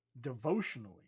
devotionally